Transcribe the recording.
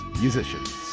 musicians